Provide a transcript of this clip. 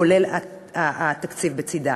כולל התקציב בצדה.